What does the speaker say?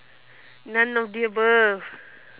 none of the above